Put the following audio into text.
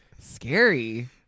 scary